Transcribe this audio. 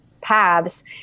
paths